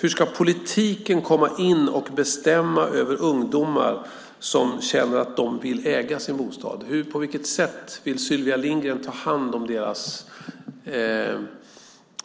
Hur ska politiken komma in och bestämma över ungdomar som känner att de vill äga sin bostad? På vilket sätt vill Sylvia Lindgren ta hand om deras